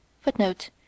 Footnote